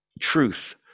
truth